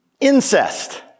incest